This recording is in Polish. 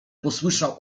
posłyszał